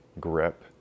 grip